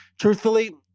Truthfully